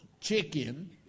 chicken